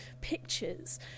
pictures